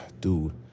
dude